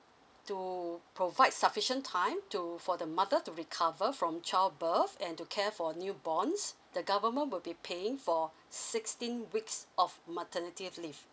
to provide sufficient time to for the mother to recover from childbirth and to care for newborns the government will be paying for sixteen weeks of maternity leave